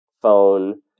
phone